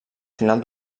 final